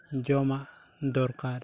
ᱡᱚᱢᱟᱜ ᱫᱚᱨᱠᱟᱨ